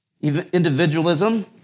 individualism